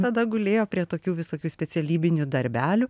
tada gulėjo prie tokių visokių specialybinių darbelių